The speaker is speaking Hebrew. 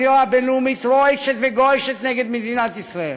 רק כאשר כל הזירה הבין-לאומית רועשת וגועשת נגד מדינת ישראל.